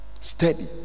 Steady